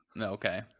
Okay